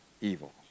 evil